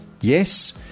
yes